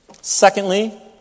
Secondly